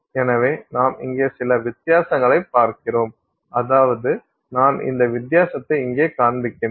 எனவே நாம் இங்கே சில வித்தியாசங்களைக் பார்க்கிறோம் அதாவது நான் இந்த வித்தியாசத்தை இங்கே காண்பிக்கிறேன்